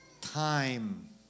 time